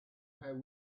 how